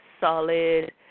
solid